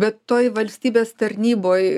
be toj valstybės tarnyboj